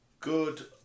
Good